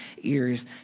ears